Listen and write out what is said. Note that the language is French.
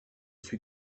suis